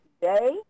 today